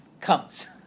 comes